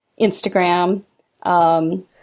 Instagram